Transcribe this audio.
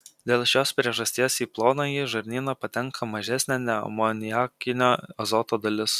dėl šios priežasties į plonąjį žarnyną patenka mažesnė neamoniakinio azoto dalis